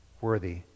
worthy